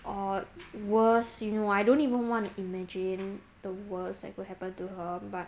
or worse you know I don't even wanna imagine the worst that could happen to her but